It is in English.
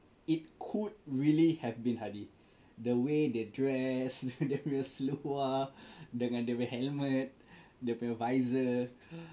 it could really have been Hadi the way they dress dia punya seluar dengan dia punya helmet dia punya visor